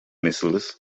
missiles